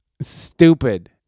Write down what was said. Stupid